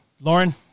Lauren